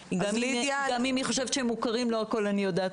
אז גם אם היא חושבת שהם מוכרים לא הכול אני יודעת,